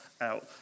out